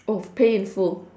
oh pay in full